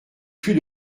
plus